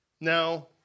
Now